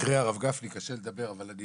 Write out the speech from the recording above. אחרי הרב גפני קשה לדבר אבל אני